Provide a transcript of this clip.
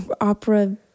opera